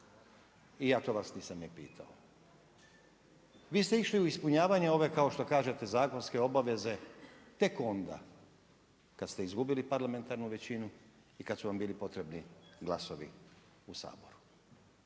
I ja to vas nisam ni pitao. Vi ste išli u ispunjavanje ove, kao što kažete zakonske obaveze, tek onda, kad ste izgubili parlamentarnu većinu i kad su vam bili potrebni glasovi u Saboru.